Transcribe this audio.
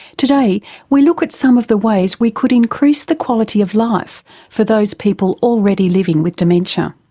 today we look at some of the ways we could increase the quality of life for those people already living with dementia.